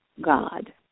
God